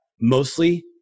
Mostly